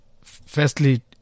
firstly